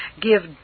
give